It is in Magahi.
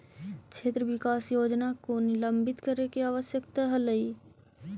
क्षेत्र विकास योजना को निलंबित करे के आवश्यकता हलइ